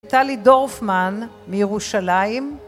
טלי דורפמן מירושלים